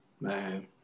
man